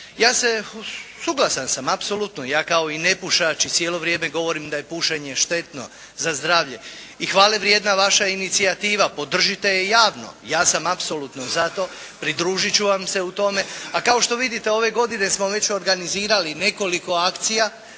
Ja se, suglasan sam apsolutno. Ja kao i nepušač i cijelo vrijeme govorim da je pušenje štetno za zdravlje. I hvale vrijedna vaša inicijativa. Podržite je javno. Ja sam apsolutno za to. Pridružit ću vam se u tome. A kao što vidite, ove godine smo već organizirali nekoliko akcija